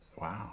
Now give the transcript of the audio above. Wow